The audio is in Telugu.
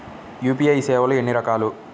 యూ.పీ.ఐ సేవలు ఎన్నిరకాలు?